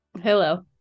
Hello